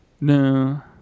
No